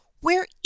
Where